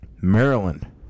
Maryland